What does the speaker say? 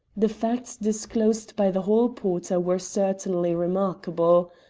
the facts disclosed by the hall-porter were certainly remarkable.